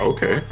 Okay